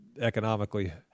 economically